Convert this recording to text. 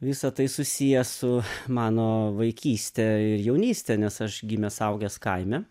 visa tai susiję su mano vaikyste ir jaunyste nes aš gimęs augęs kaime